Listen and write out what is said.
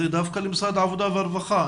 דווקא למשרד העבודה והרווחה.